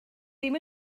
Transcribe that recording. ddim